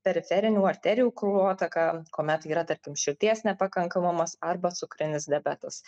periferinių arterijų kraujotaka kuomet yra tarkim širdies nepakankamumas arba cukrinis diabetas